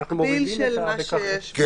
ואנחנו מורידים את מה שבכחול.